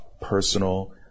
personal